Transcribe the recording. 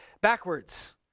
backwards